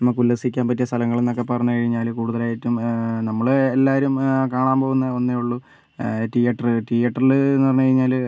നമുക്കുല്ലസിക്കാൻ പറ്റിയ സ്ഥലങ്ങൾ എന്നൊക്കെ പറഞ്ഞുകഴിഞ്ഞാൽ കൂടുതലായിട്ടും നമ്മൾ എല്ലാവരും കാണാൻ പോകുന്ന ഒന്നേയുള്ളൂ തീയേറ്റർ തീയേറ്ററിൽ എന്ന് പറഞ്ഞുകഴിഞ്ഞാൽ